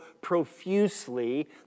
profusely